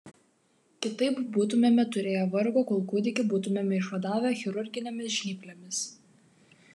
kitaip būtumėme turėję vargo kol kūdikį būtumėme išvadavę chirurginėmis žnyplėmis